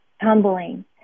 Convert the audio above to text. humbling